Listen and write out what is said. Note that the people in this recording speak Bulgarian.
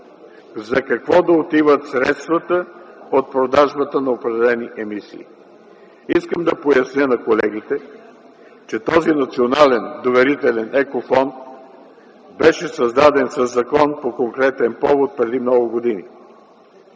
за какво да отиват средствата от продажбата на определени емисии. Искам да поясня на колегите, че този Национален доверителен екофонд беше създаден със закон по конкретен повод преди много години.